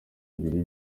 ibiri